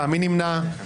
מי נמנע?